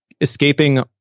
escaping